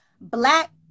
black